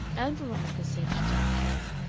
ann veronica said she didn't care.